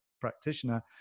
practitioner